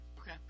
Okay